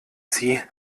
sie